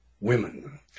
women